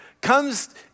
comes